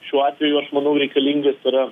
šiuo atveju aš manau reikalingas yra